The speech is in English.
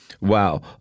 Wow